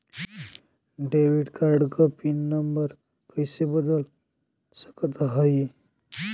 Debit card क pin number कइसे बदल सकत हई?